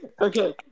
Okay